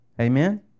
Amen